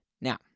Now